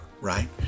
right